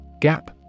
Gap